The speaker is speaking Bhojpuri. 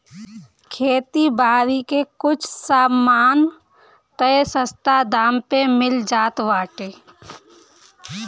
खेती बारी के कुछ सामान तअ सस्ता दाम पे मिल जात बाटे